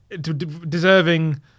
Deserving